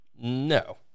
No